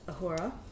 Ahura